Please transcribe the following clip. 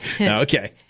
Okay